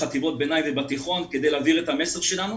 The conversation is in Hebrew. בחטיבות הביניים ובתיכון כדי להעביר את המסר שלנו.